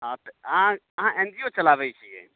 आ तऽ अहाँ अहाँ एन जी ओ चलाबैत छियै